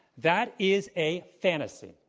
that is a fantasy.